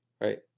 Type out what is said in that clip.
Right